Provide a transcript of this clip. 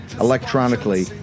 electronically